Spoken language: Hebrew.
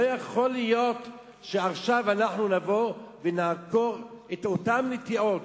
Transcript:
לא יכול להיות שעכשיו אנחנו נבוא ונעקור את אותן נטיעות,